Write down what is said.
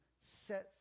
set